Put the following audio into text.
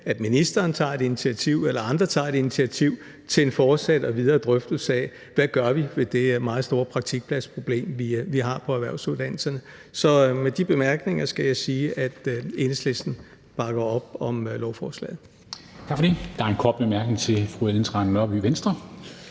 at ministeren tager et initiativ, eller at andre tager et initiativ til en fortsat og videre drøftelse af, hvad vi gør ved det meget store praktikpladsproblem, vi har på erhvervsuddannelserne. Så med de bemærkninger skal jeg sige, at Enhedslisten bakker op om lovforslaget.